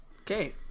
Okay